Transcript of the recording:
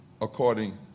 according